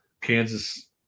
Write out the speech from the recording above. Kansas